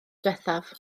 diwethaf